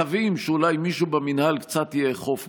מקווים שאולי מישהו במינהל קצת יאכוף משהו.